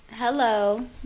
Hello